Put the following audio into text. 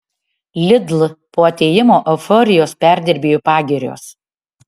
lidl po atėjimo euforijos perdirbėjų pagirios